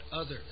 others